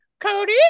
Cody